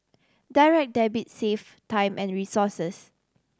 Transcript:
Direct Debit save time and resources